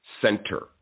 center